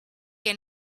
que